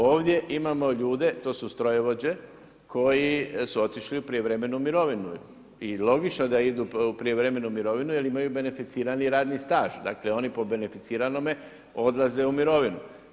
Ovdje imamo ljude, to su strojovođe koji su otišli u prijevremenu mirovinu i logično da idu u prijevremenu mirovinu jer imaju beneficirani radni staž, dakle oni po beneficiranome odlaze u mirovinu.